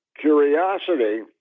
Curiosity